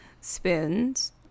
Spoons